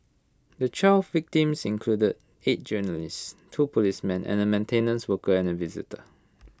the twelve victims included eight journalists two policemen and A maintenance worker and A visitor